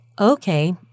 okay